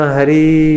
Hari